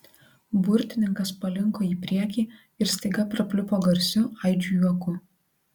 burtininkas palinko į priekį ir staiga prapliupo garsiu aidžiu juoku